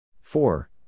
four